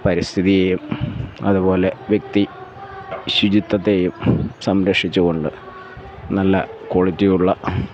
പരിസ്ഥിതിയെയും അതുപോലെ വ്യക്തി ശുചിത്വത്തെയും സംരക്ഷിച്ചു കൊണ്ട് നല്ല ക്വാളിറ്റി ഉള്ള